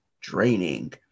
draining